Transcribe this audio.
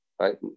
Right